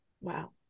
Wow